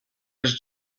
his